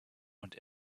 und